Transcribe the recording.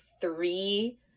three